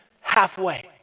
halfway